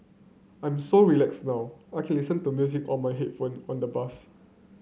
I'm so relaxed now I can listen to music on my headphone on the bus